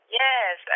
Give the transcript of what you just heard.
yes